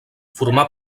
formà